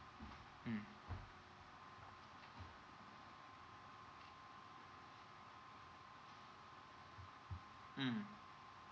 mm